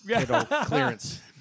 Clearance